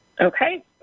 okay